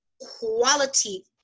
quality